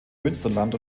münsterland